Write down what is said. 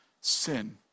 sin